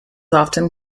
often